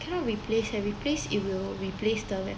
cannot replace leh replace it will replace the